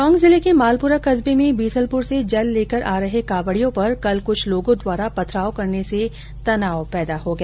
टोंक जिले के मालपुरा कस्बे में बीसलपुर से जल लेकर आ रहे कावड़ियों पर कल कुछ लोगों द्वारा पथराव करने से तनाव पैदा हो गया